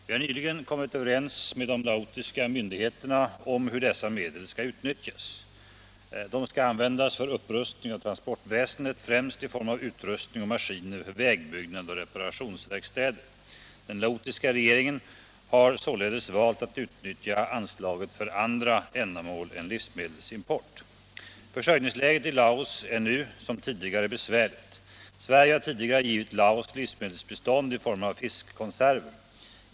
Vi har nyligen kommit överens med de laotiska myndigheterna om hur dessa medel skall utnyttjas. De skall användas för upprustning av transportväsendet, främst i form av utrustning och maskiner för vägbyggnad och reparationsverkstäder. Den laotiska regeringen har således valt att utnyttja anslaget för andra ändamål än livsmedelsimport. Försörjningsläget i Laos är nu som tidigare besvärligt. Sverige har tidigare givit Laos livsmedelsbistånd i form av fiskkonserver.